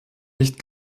nicht